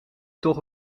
toch